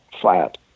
flat